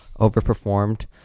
overperformed